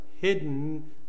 hidden